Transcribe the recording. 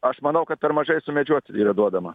aš manau kad per mažai sumedžiot yra duodama